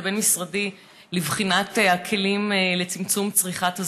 הבין-משרדי לבחינת הכלים לצמצום צריכת הזנות.